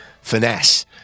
Finesse